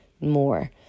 more